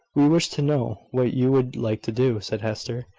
we wish to know what you would like to do, said hester.